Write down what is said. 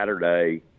Saturday